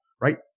right